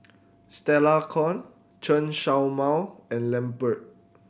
Stella Kon Chen Show Mao and Lambert